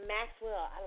Maxwell